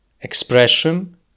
expression